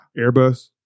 Airbus